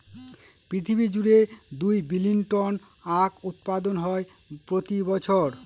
পৃথিবী জুড়ে দুই বিলীন টন আখ উৎপাদন হয় প্রতি বছর